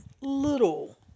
little